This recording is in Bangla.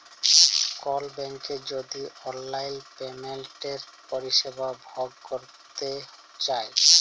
কল ব্যাংকের যদি অললাইল পেমেলটের পরিষেবা ভগ ক্যরতে চায়